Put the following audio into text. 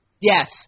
yes